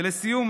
ולסיום,